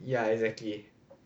ya exactly